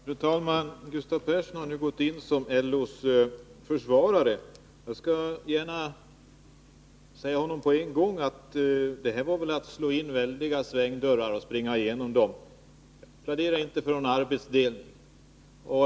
Fru talman! Gustav Persson har nu gått in som LO:s försvarare. Jag skall gärna säga honom med en gång att det här var väl att slå in väldiga svängdörrar och springa igenom dem. Jag pläderar inte för någon arbetsdelning.